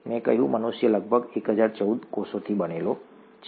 મેં કહ્યું કે મનુષ્ય લગભગ 1014 કોષોથી બનેલો છે